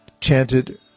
chanted